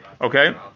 Okay